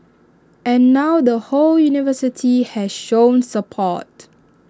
and now the whole university has shown support